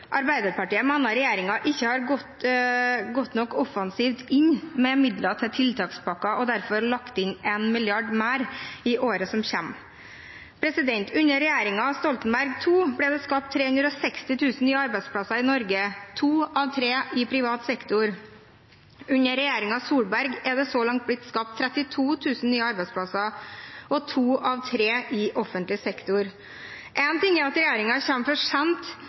Arbeiderpartiet mener regjeringen ikke har gått offensivt nok inn med midler til tiltakspakker, og har derfor lagt inn 1 mrd. kr mer i året som kommer. Under regjeringen Stoltenberg II ble det skapt 360 000 nye arbeidsplasser i Norge – to av tre i privat sektor. Under regjeringen Solberg er det så langt blitt skapt 32 000 nye arbeidsplasser – to av tre i offentlig sektor. En ting er at regjeringen kommer for sent